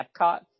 Epcot